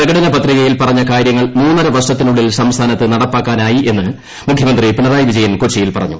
പ്രകടന പത്രികയിൽ പറഞ്ഞ കാര്യങ്ങൾ മൂന്നര വർഷത്തിനുള്ളിൽ സംസ്ഥാനത്ത് നടപ്പാ ക്കാനായെന്ന് മുഖ്യമന്ത്രി പിണറായി വിജയൻ കൊച്ചിയിൽപറഞ്ഞു